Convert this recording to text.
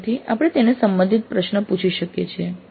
તેથી આપણે તેને સંબંધિત પ્રશ્ન પૂછી શકીએ છીએ